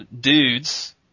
dudes